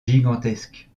gigantesque